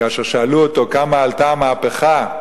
כאשר שאלו אותו כמה עלתה המהפכה,